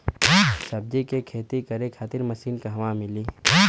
सब्जी के खेती करे खातिर मशीन कहवा मिली?